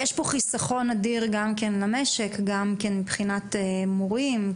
יש פה חיסכון אדיר למשק מבחינת המורים,